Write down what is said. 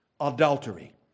adultery